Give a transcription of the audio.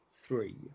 Three